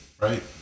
right